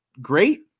great